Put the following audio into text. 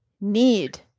need